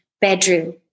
bedroom